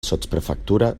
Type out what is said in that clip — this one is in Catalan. sotsprefectura